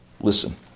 Listen